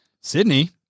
Sydney